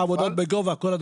עבודות בגובה, כל הדברים האלה.